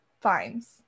fines